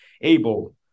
able